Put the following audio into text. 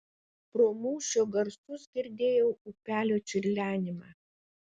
pro mūšio garsus girdėjau upelio čiurlenimą